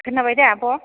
खोनाबायदा आब'